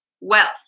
wealth